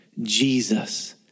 Jesus